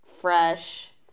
fresh